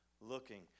Looking